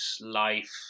life